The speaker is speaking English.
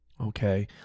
Okay